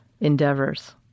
endeavors